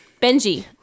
Benji